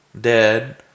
dead